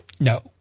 no